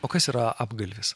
o kas yra apgalvis